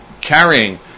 carrying